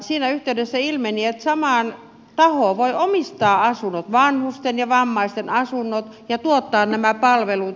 siinä yhteydessä ilmeni että sama taho voi omistaa asunnot vanhusten ja vammaisten asunnot ja tuottaa nämä palvelut